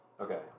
okay